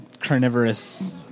carnivorous